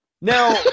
Now